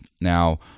Now